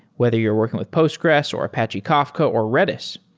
whether you're working with postgres, or apache kafka, or redis,